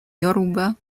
yoruba